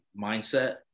mindset